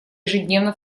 ежедневно